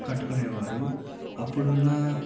కట్టుకునేవారు అప్పుడున్న